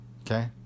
Okay